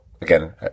again